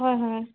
হয় হয়